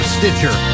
Stitcher